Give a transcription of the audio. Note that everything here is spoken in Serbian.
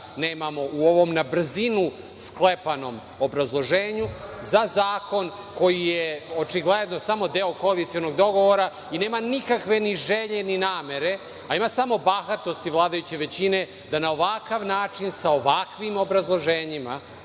nemamo u ovom na brzinu sklepanom obrazloženju za zakon koji je očigledno samo deo koalicionog dogovora. Nema ni želje, ni namere, a ima samo bahatosti vladajuće većine da na ovakav način, sa ovakvim obrazloženjima